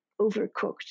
overcooked